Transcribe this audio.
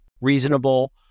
reasonable